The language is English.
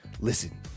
Listen